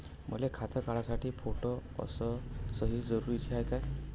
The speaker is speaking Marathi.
मले खातं काढासाठी फोटो अस सयी जरुरीची हाय का?